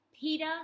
Peter